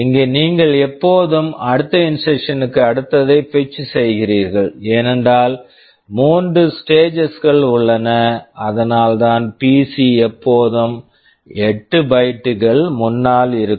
இங்கே நீங்கள் எப்போதும் அடுத்த இன்ஸ்ட்ரக்ஷன் instruction க்கு அடுத்ததைப் பெட்ச் fetch செய்கிறீர்கள் ஏனென்றால் மூன்று ஸ்டேஜஸ் stages கள் உள்ளன அதனால்தான் பிசி PC எப்போதும் 8 பைட்டு bytes கள் முன்னால் இருக்கும்